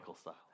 style